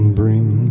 bring